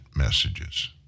messages